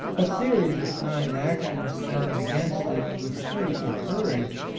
a series of kind actions turned against it with playful courage,